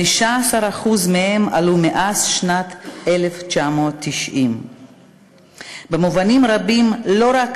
15% מהם עלו מאז שנת 1990. במובנים רבים לא רק